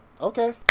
okay